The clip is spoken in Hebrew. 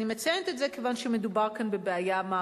אני מציינת את זה כי מדובר פה בבעיה מערכתית: